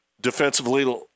Defensively